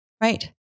Right